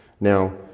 Now